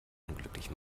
unglücklich